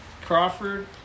Crawford